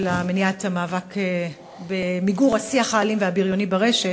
המניעה המאבק במיגור השיח האלים והבריוני ברשת,